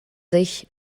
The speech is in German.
sich